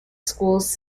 schools